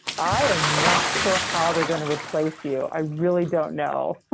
i am not sure how they're going to replace you. i really don't know,